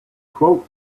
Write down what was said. quote